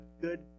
good